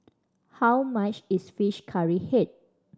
how much is fish curry head